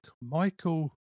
michael